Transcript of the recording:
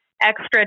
extra